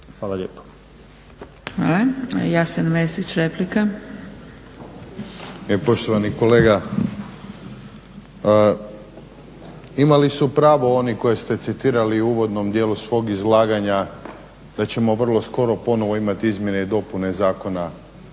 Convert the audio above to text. Mesić replika. **Mesić, Jasen (HDZ)** Poštovani kolega. Imali su pravo oni koje ste citirali u uvodnom dijelu svog izlaganja da ćemo vrlo skoro ponovo imati izmjene i dopune Zakona